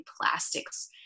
plastics